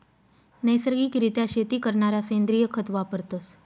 नैसर्गिक रित्या शेती करणारा सेंद्रिय खत वापरतस